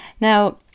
Now